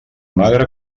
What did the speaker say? magre